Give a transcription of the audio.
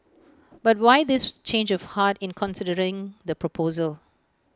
but why this change of heart in considering the proposal